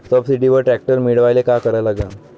सबसिडीवर ट्रॅक्टर मिळवायले का करा लागन?